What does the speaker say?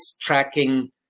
tracking